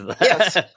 Yes